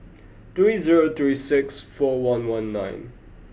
three zero three six four one one nine